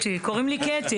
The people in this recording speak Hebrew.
חבר הכנסת קרעי,